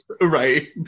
Right